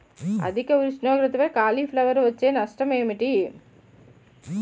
అధిక ఉష్ణోగ్రత వల్ల కాలీఫ్లవర్ వచ్చే నష్టం ఏంటి?